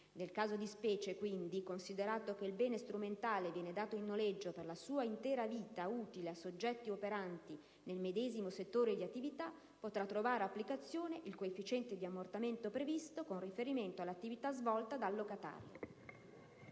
Nel caso di specie, quindi, considerato che il bene strumentale viene dato in noleggio per la sua intera vita utile a soggetti operanti nel medesimo settore di attività, potrà trovare applicazione il coefficiente di ammortamento previsto con riferimento all' attività svolta dal locatario.